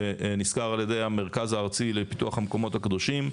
שנשכר על ידי המרכז הארצי לפיתוח המקומות הקדושים,